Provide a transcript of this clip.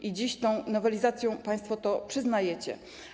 I dziś tą nowelizacją państwo to przyznajecie.